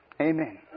Amen